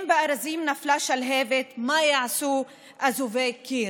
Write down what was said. אם בארזים נפלה שלהבת, מה יעשו אזובי הקיר?